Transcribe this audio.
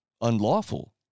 unlawful